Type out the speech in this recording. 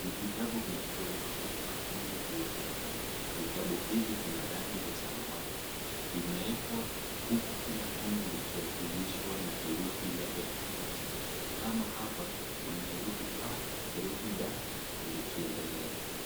Ni vitabu vilivyowekwa kwenye makundi juu ya meza. Vitabu hivi vina rangi vya samawati. Vimeekwa huku kila kundi likiakilishwa kuwa na herufi yake tofauti. Kama hapa, kuna herufi P, herufi D likiendelea.